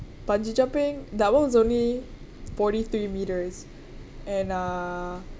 bungee jumping that only was only forty three meters and uh